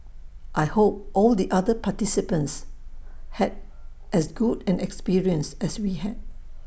I hope all the other participants had as good an experience as we had